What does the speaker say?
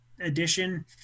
edition